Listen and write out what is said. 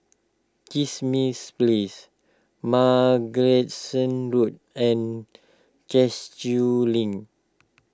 Kismis Place Road and Link